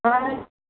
हजुर